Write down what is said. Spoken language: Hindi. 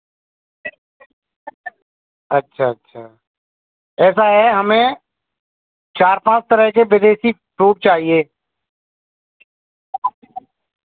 अच्छा अच्छा ऐसा है हमें चार पाँच तरह के विदेशी फ्रूट चाहिए